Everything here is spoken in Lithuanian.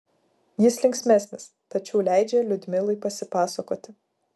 jis linksmesnis tačiau leidžia liudmilai pasipasakoti